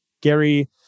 Gary